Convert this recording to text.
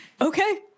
Okay